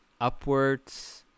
upwards